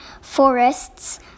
forests